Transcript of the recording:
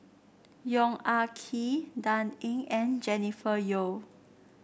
Yong Ah Kee Dan Ying and Jennifer Yeo